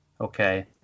okay